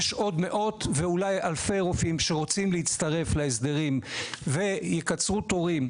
יש עוד מאות ואולי עוד אלפי רופאים שרוצים להצטרף להסדרים שיקצרו תורים,